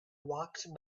walked